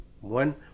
one